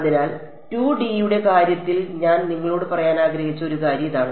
അതിനാൽ 2 ഡിയുടെ കാര്യത്തിൽ ഞാൻ നിങ്ങളോട് പറയാൻ ആഗ്രഹിച്ച ഒരു കാര്യം ഇതാണ്